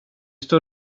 står